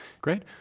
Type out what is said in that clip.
Great